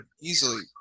easily